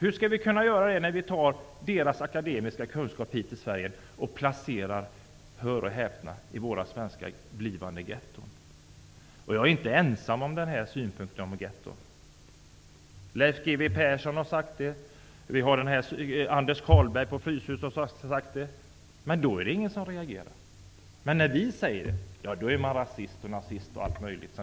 Hur skall vi kunna göra det när vi tar hit dem, med deras akademiska kunskaper, och placerar dem i våra blivande svenska getton? Jag är inte ensam om synpunkten om getton. Leif G.W. Persson har talat om det, och Anders Carlberg på Fryshuset har talat om det. Då är det ingen som reagerar, men när vi säger det är vi rasister, nazister och all möjlig skit.